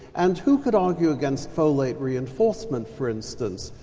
and who could argue against folate reinforcement, for instance,